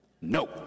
No